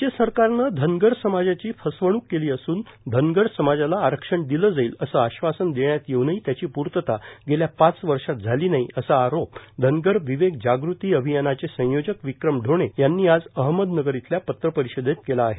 राज्य सरकारनं षनगर समाजाची फसवणूक केली असून षनगर समाजाला आरक्षण दिलं जाईल असं आश्वासन देष्यात येऊनही त्याची पुर्तता गेल्या पाच व र्मात झाली नाही असा आरोप धनगर विवेक जागृती अभियानाचे संयोजक विक्रम ढोणे यांनी आज अहमदनगर इथल्या पत्रपरि दित केला आहे